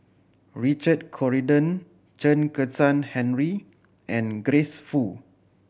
Richard Corridon Chen Kezhan Henri and Grace Fu